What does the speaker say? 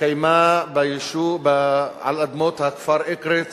התקיימה על אדמות הכפר אקרית